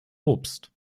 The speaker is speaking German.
obst